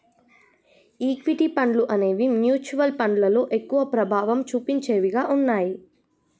equity ఫండ్లు అనేవి mutual ఫండ్లలో ఎక్కువ ప్రభావం చుపించేవిగా ఉన్నయ్యి